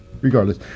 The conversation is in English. regardless